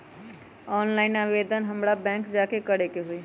Online आवेदन हमरा bank जाके करे के होई?